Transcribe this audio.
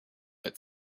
but